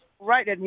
Right